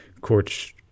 courts